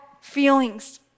feelings